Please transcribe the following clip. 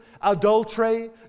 adultery